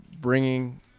bringing